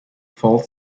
fault